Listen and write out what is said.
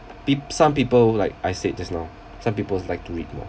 peo~ some people like I said just now some peoples like to read more